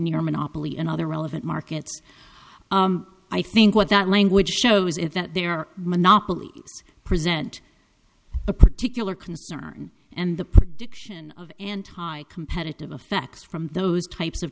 near monopoly in other relevant markets i think what that language shows is that there are monopolies present a particular concern and the prediction of anti competitive effects from those types of